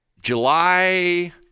July